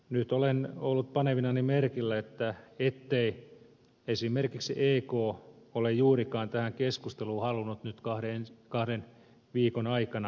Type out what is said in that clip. nyt olen ollut panevinani merkille ettei esimerkiksi ek ole juurikaan tähän keskusteluun halunnut nyt kahden viikon aikana osallistua